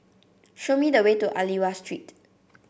show me the way to Aliwal Street